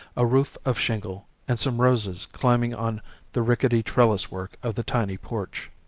a roof of shingle, and some roses climbing on the rickety trellis-work of the tiny porch.